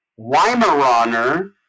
Weimaraner